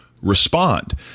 respond